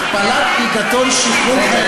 הכפלת פיקדון שחרור.